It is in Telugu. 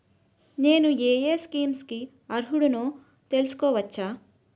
నేను యే యే స్కీమ్స్ కి అర్హుడినో తెలుసుకోవచ్చా?